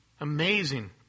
amazing